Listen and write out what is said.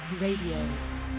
Radio